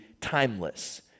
timeless